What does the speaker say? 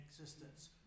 existence